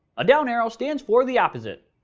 a down arrow stands for the opposite,